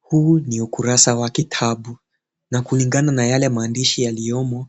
Huu ni ukurasa wa kitabu, na kulingana na yale maandishi yaliyomo,